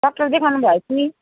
doctor देखाउनु भयो कि